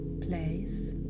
place